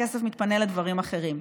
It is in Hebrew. הכסף מתפנה לדברים אחרים.